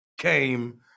came